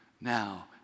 Now